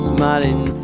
Smiling